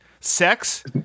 sex